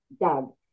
Doug